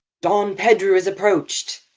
don pedro is approached.